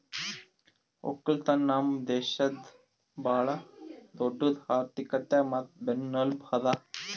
ಒಕ್ಕಲತನ ನಮ್ ದೇಶದ್ ಭಾಳ ದೊಡ್ಡುದ್ ಆರ್ಥಿಕತೆ ಮತ್ತ ಬೆನ್ನೆಲುಬು ಅದಾ